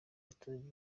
abaturage